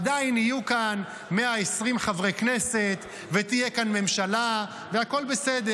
עדיין יהיו כאן 120 חברי כנסת ותהיה כאן ממשלה והכול בסדר.